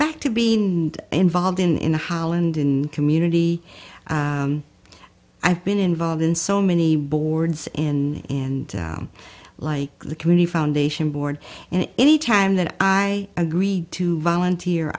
back to being involved in in the holland in community i've been involved in so many boards in and like the community foundation board and any time that i agreed to volunteer